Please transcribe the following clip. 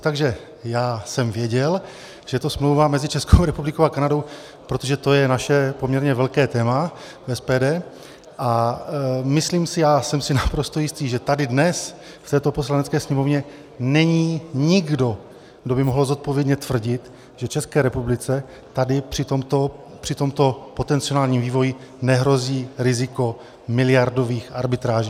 Takže já jsem věděl, že je to smlouva mezi Českou republikou a Kanadou, protože to je naše poměrně velké téma v SPD, a myslím si a jsem si naprosto jistý, že tady dnes v této Poslanecké sněmovně není nikdo, kdo by mohl zodpovědně tvrdit, že České republice tady při tomto potenciálním vývoji nehrozí riziko miliardových arbitráží.